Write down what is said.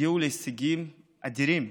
הגיעו להישגים אדירים.